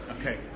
Okay